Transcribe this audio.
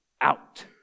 out